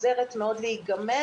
עוזרת מאוד להיגמל.